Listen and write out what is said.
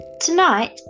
Tonight